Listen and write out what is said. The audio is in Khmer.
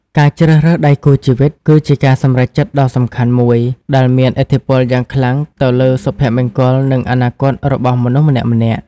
ការជ្រើសរើសដៃគូជីវិត គឺជាការសម្រេចចិត្តដ៏សំខាន់មួយ ដែលមានឥទ្ធិពលយ៉ាងខ្លាំងទៅលើសុភមង្គល និងអនាគតរបស់មនុស្សម្នាក់ៗ។